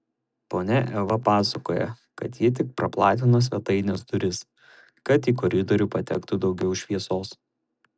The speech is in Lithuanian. ponia eva pasakoja kad ji tik praplatino svetainės duris kad į koridorių patektų daugiau šviesos